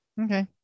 Okay